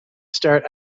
start